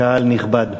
קהל נכבד,